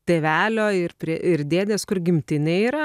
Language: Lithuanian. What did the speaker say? tėvelio ir prie ir dėdės kur gimtinė yra